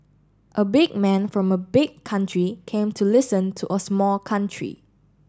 a big man from a big country came to listen to a small country